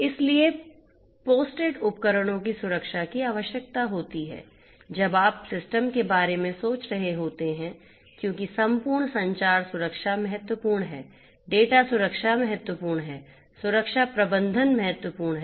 इसलिए पोस्टेड उपकरणों की सुरक्षा की आवश्यकता होती है जब आप सिस्टम के बारे में सोच रहे होते हैं क्योंकि संपूर्ण संचार सुरक्षा महत्वपूर्ण है डेटा सुरक्षा महत्वपूर्ण है सुरक्षा प्रबंधन महत्वपूर्ण है